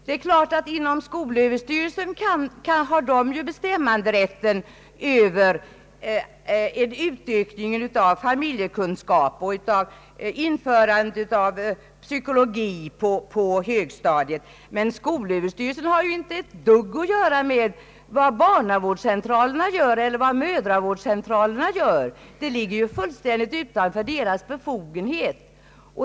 Det är klart att skolöverstyrelsen har bestämmanderätten över en utökning av familjekunskap och införande av psykologi på högstadiet. Men skolöverstyrelsen har inte ett dugg att göra med vad barnavårdseller mödravårdscentralerna sysslar med. Det ligger fullständigt utanför skolöverstyrelsens befogenhet.